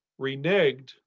reneged